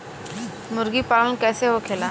मुर्गी पालन कैसे होखेला?